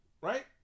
right